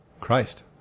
Christ